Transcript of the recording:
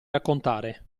raccontare